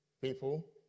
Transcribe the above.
people